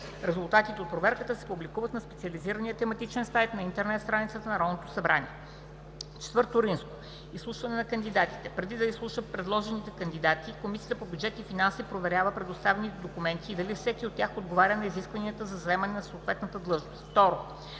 Резултатите от проверката се публикуват на специализирания тематичен сайт на интернет страницата на Народното събрание. IV. Изслушване на кандидатите. 1. Преди да изслуша предложените кандидати, Комисията по бюджет и финанси проверява представените документи и дали всеки от тях отговаря на изискванията за заемане на съответната длъжност.